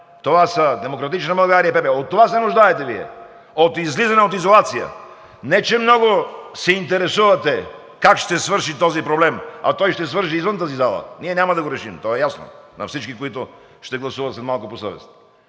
Това са „Демократична България“ и ПП. От това се нуждаете Вие – от излизане от изолация, не че много се интересувате как ще свърши този проблем, а той ще свърши извън тази зала. Ние няма да го решим, то е ясно на всички, които ще гласуват след малко по съвест,